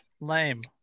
lame